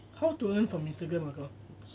how to earn from instagram account